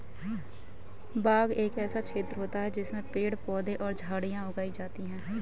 बाग एक ऐसा क्षेत्र होता है जिसमें पेड़ पौधे और झाड़ियां उगाई जाती हैं